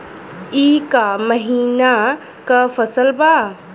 ई क महिना क फसल बा?